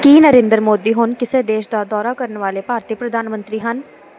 ਕੀ ਨਰਿੰਦਰ ਮੋਦੀ ਹੁਣ ਕਿਸੇ ਦੇਸ਼ ਦਾ ਦੌਰਾ ਕਰਨ ਵਾਲੇ ਭਾਰਤੀ ਪ੍ਰਧਾਨ ਮੰਤਰੀ ਹਨ